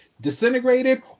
Disintegrated